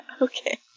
Okay